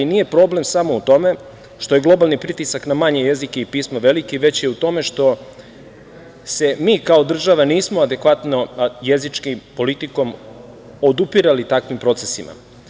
Nije problem samo u tome što je globalni pritisak na manje jezike i pismo veliki, već je u tome što se mi kao država nismo adekvatno jezički, politikom odupirali takvim procesima.